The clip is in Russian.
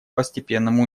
постепенному